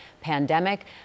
pandemic